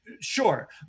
Sure